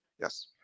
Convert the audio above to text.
Yes